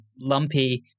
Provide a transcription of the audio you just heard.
lumpy